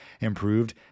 improved